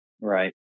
Right